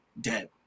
dead